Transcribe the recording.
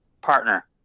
partner